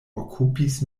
okupis